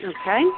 Okay